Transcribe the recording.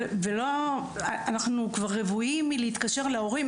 אנחנו רוויים מלהתקשר להורים,